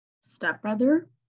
stepbrother